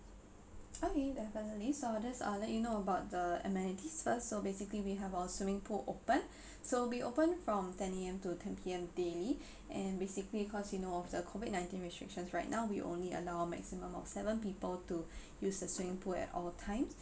okay definitely so I'll just uh let you know about the amenities first so basically we have our swimming pool open so we open from ten A_M to ten P_M daily and basically cause you know of the COVID nineteen restrictions right now we only allow a maximum of seven people to use the swimming pool at all times